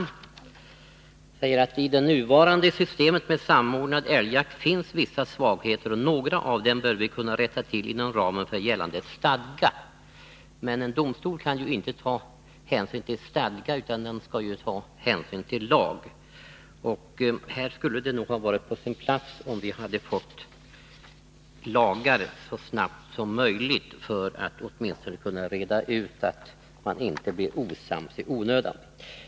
Han säger: ”I det nuvarande systemet med samordnad älgjakt finns vissa svagheter, och några av dem bör vi kunna rätta till inom ramen för gällande stadga.” Men en domstol kan inte ta hänsyn till stadgar utan skall ta hänsyn till lag. Här skulle det ha varit på sin plats med lagar så snabbt som möjligt, för att åtminstone kunna reda ut problemen så att man inte blir osams i onödan.